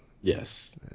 Yes